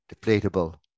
depletable